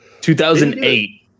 2008